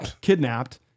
kidnapped